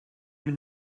been